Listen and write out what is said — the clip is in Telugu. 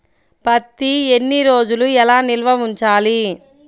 పత్తి ఎన్ని రోజులు ఎలా నిల్వ ఉంచాలి?